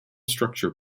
structure